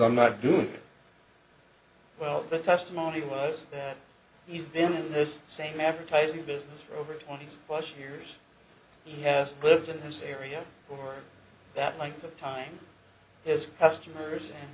i'm not doing well the testimony was he's been in this same appetising this for over twenty plus years he has lived in his area for that length of time his customers and